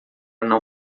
não